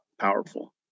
powerful